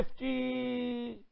50